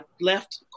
left